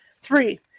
Three